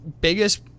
biggest